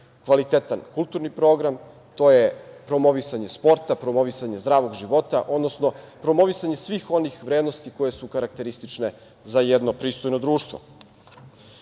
kvalitetan kulturni program. To je promovisanje sporta, promovisanje zdravog života, odnosno promovisanje svih onih vrednosti koje su karakteristične za jedno pristojno društvo. Težnja